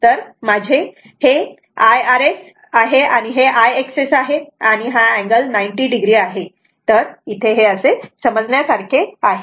तर हे माझे Irs आहे आणि हे IXS आहे आणि हा अँगल 90 o आहे तर इथे हे समजण्यासारखे आहे